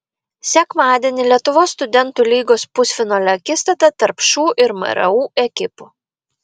sekmadienį lietuvos studentų lygos pusfinalio akistata tarp šu ir mru ekipų